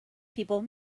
people